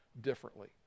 differently